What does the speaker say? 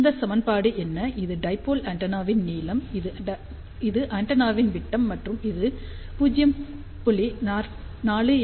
இந்த சமன்பாடு என்ன இது டைபோல் ஆண்டெனாவின் நீளம் இது ஆண்டெனாவின் விட்டம் மற்றும் இது 0